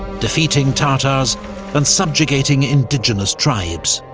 defeating tatars and subjugating indigenous tribes.